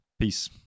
Peace